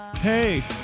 Hey